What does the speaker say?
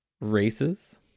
Races